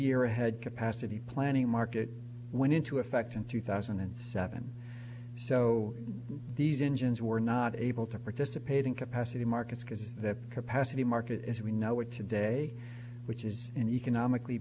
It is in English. year ahead capacity planning market went into effect in two thousand and seven so these engines were not able to participate in capacity markets because the capacity market as we know it today which is an economically